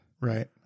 Right